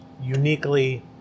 uniquely